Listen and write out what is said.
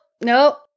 nope